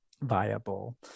viable